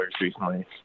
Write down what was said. recently